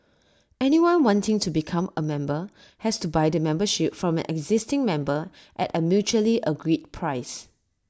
anyone wanting to become A member has to buy the membership from an existing member at A mutually agreed price